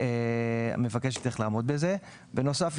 בנוסף,